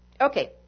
Okay